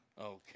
Okay